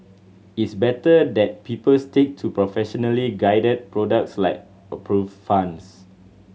it's better that people stick to professionally guided products like approved funds